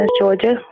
Georgia